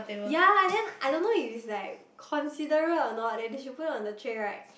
ya then I don't know if it's like considerate or not leh they should put in on the tray right